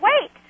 wait